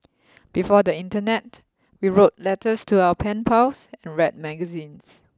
before the internet we wrote letters to our pen pals and read magazines